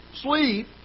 sleep